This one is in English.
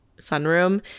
sunroom